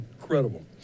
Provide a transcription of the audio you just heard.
incredible